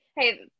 Hey